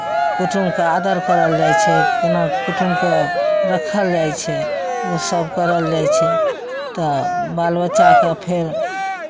कुटुमके आदर करल जाइ छै केना कुटुमके रखल जाइ छै ओसभ करल जाइ छै तऽ बाल बच्चाके फेर